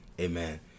Amen